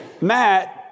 Matt